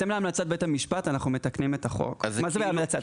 אנחנו מתקנים את החוק בהתאם להמלצת בית המשפט.